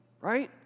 right